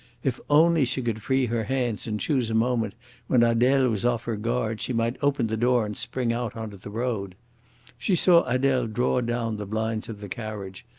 if only she could free her hands and choose a moment when adele was off her guard she might open the door and spring out on to the road she saw adele draw down the blinds of the carriage,